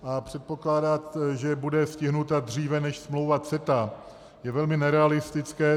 A předpokládat, že bude stižena dříve než smlouva CETA, je velmi nerealistické.